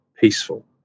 peaceful